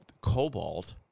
cobalt